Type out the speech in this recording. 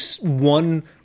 one